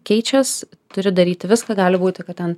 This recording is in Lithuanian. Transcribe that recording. keičias turi daryti viską gali būti kad ten